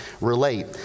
relate